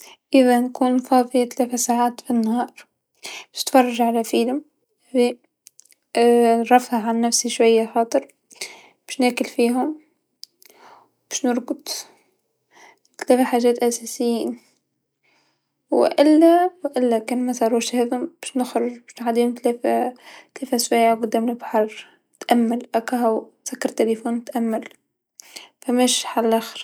إذا كنت فاضيه تلاثه ساعات في النهار، باش نتفرج على فيلم و نرفه على نفسي شويا عطرباش ناكل فيهم، باش نرقد، تلاثه حاجه أساسيين و إلا و إلا كان مضرورش هادو باش نخرج باش عدين ثلاثه، ثلاث سوايع قدام البحر، نتأمل أكهو، نسكر تيليفون نتأمل فماش حل لاخر.